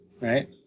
right